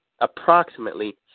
approximately